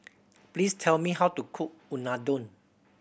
please tell me how to cook Unadon